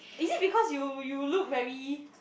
is it because you you look very